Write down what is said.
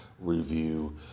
review